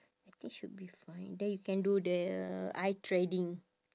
I think should be fine then you can do the eye threading